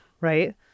Right